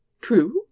True